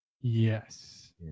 Yes